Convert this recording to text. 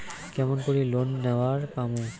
কেমন করি লোন নেওয়ার পামু?